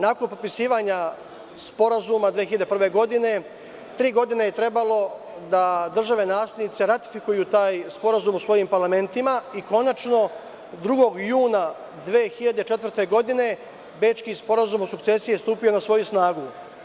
Nakon potpisivanja sporazuma 2001. godine, tri godine je trebalo da države naslednice ratifikuju taj sporazuma u svojim parlamentima i konačno 2. juna 2004. godine Bečki sporazum o sukcesiji je stupio na snagu.